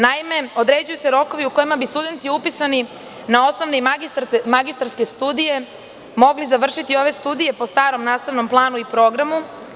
Naime, određuju se rokovi u kojima bi studenti upisani na osnovne i magistarske studije mogli završiti ove studije po starom nastavnom planu i programu.